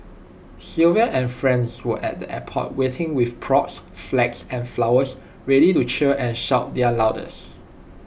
Sylvia and friends were at the airport waiting with props flags and flowers ready to cheer and shout their loudest